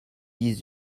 dix